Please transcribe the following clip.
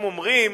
הם אומרים: